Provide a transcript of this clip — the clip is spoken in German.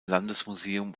landesmuseum